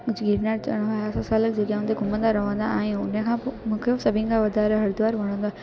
गीरनार चढ़ण विया हुआसीं अलॻि जॻहयुनि ते घुमंदा रहंदा आहियूं हुन खां पोइ मूंखे सभिनी खां वधारे हरिद्वार वणंदो आहे